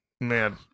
Man